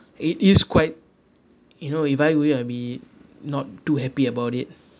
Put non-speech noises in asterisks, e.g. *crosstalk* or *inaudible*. *breath* it is quite you know if I were you I'll be not too happy about it